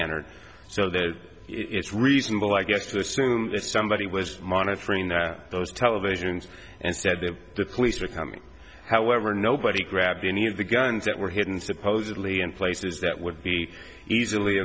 entered so that it's reasonable i guess to assume that somebody was monitoring those televisions and said that the police were coming however nobody grabbed any of the guns that were hidden supposedly in places that would be easily